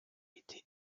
été